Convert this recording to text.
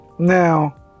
Now